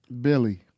Billy